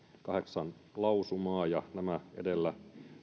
kahdeksan lausumaa ja nämä edellä